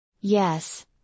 Yes